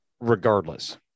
regardless